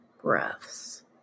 breaths